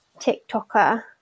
TikToker